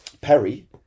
Perry